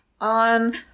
on